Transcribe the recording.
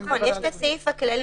יש את הסעיף הכללי,